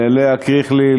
ללאה קריכלי,